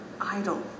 idle